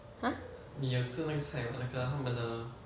!huh!